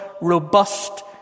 Robust